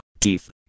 Teeth